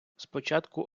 спочатку